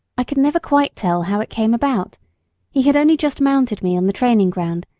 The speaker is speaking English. i could never quite tell how it came about he had only just mounted me on the training ground,